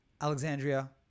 Alexandria